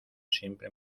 siempre